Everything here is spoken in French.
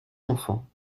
enfants